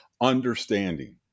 understanding